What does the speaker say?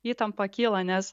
įtampa kyla nes